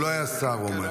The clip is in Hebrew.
הוא לא היה שר, הוא אומר.